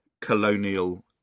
colonial